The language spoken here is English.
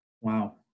Wow